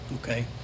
okay